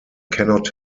cannot